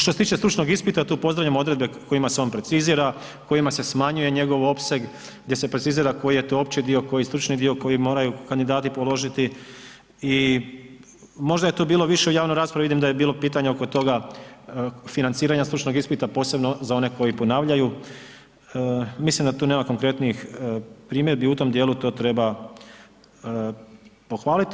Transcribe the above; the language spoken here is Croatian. Što se tiče stručnog ispita tu pozdravljam odredbe kojima se on precizira, kojima se smanjuje njegov opseg, gdje se precizira koji je to opći dio, koji stručni dio koji moraju kandidati položiti i možda je tu bilo u javnoj raspravi, vidim da je bilo pitanje oko toga financiranja stručnog ispita, posebno za one koji ponavljaju, mislim da tu nema konkretnijih primjedbi, u tom djelu to treba pohvaliti.